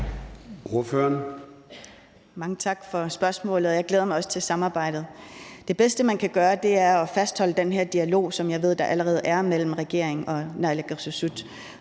Mange tak for spørgsmålet, og jeg glæder mig også til samarbejdet. Det bedste, man kan gøre, er jo at fastholde den her dialog, som jeg ved der allerede er mellem regeringen og naalakkersuisut,